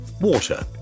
Water